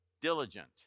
Diligent